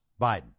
Biden